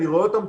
אני רואה אותם,